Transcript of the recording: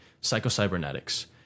Psycho-Cybernetics